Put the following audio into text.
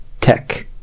tech